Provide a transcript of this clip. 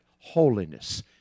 holiness